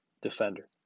defender